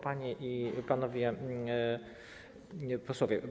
Panie i Panowie Posłowie!